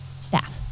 staff